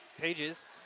pages